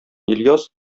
ильяс